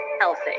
healthy